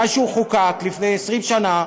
מאז שהוא חוקק, לפני 20 שנה,